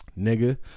Nigga